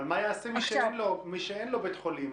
אבל מה יעשה מי שאין לו בית חולים?